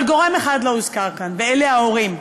אבל גורם אחד לא הוזכר כאן, ואלה ההורים,